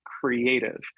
creative